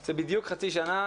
זה בדיוק חצי שנה,